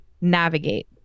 navigate